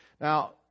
Now